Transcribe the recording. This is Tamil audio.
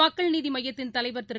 மக்கள் நீதிமய்யத்தின் தலைவர் திரு